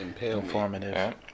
Informative